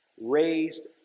raised